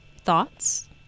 Thoughts